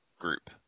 group